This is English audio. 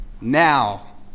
now